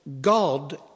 God